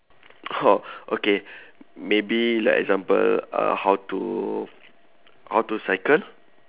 orh okay maybe like example uh how to how to cycle